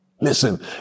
Listen